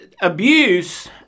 abuse